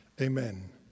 Amen